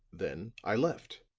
then i left.